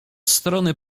strony